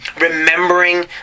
remembering